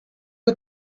you